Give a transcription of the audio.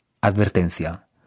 Advertencia